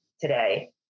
today